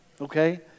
Okay